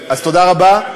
אז תודה רבה.